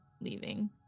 leaving